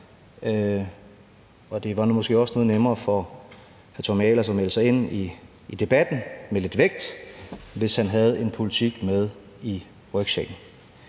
Det var måske også noget nemmere for hr. Tommy Ahlers at melde sig ind i debatten med lidt vægt, hvis han havde en politik med i rygsækken.